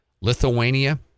Lithuania